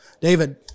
David